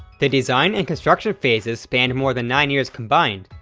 the design and construction phases spanned more than nine years combined,